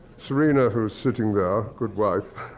serena, who was sitting there, good wife,